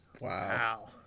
Wow